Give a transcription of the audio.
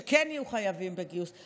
שכן יהיו חייבים בגיוס,